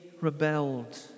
rebelled